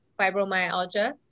fibromyalgia